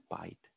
bite